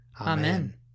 Amen